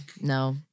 no